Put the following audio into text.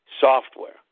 software